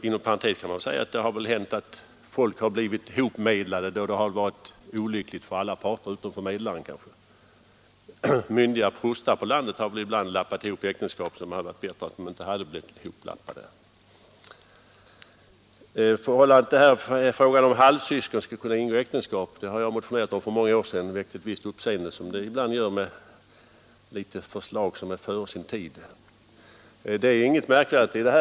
Inom parentes kan jag säga att det väl har hänt att folk har blivit hopmedlade fast det har varit olyckligt för alla parter utom kanske för medlaren. Myndiga prostar på landet har ibland lappat ihop äktenskap fast det hade varit bättre att de inte hade blivit ihoplappade. Att halvsyskon skall kunna ingå äktenskap har jag motionerat om för många år sedan, vilket väckte ett visst uppseende, som det ibland händer med förslag som är före sin tid. Det är inget märkvärdigt i detta.